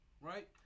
Right